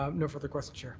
um no further questions.